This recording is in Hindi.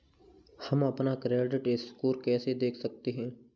हम अपना क्रेडिट स्कोर कैसे देख सकते हैं?